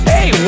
Hey